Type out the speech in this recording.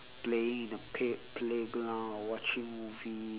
playing in the play playground or watching movie